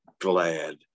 Glad